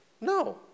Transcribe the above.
No